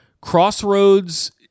crossroads